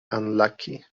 unlucky